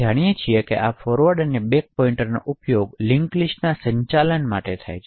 આપણે જાણીએ છીએ કે આ ફોરવર્ડ અને બેક પોઇન્ટરનો ઉપયોગ લિન્ક લિસ્ટના સંચાલન માટે થાય છે